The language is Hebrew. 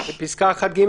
4. בפסקה (1)(ג),